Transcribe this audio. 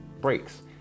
breaks